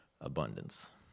abundance